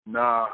Nah